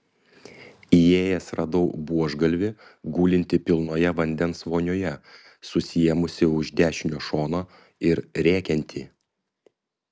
įėjęs radau buožgalvį gulintį pilnoje vandens vonioje susiėmusį už dešinio šono ir rėkiantį